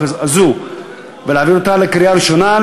הזאת ולהעביר אותה להכנה לקריאה ראשונה,